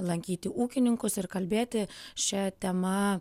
lankyti ūkininkus ir kalbėti šia tema